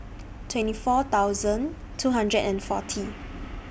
twenty four thousand two hundred and forty